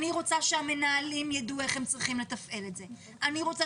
אני רוצה שהמנהלים יידעו איך לתפעל את זה; אני רוצה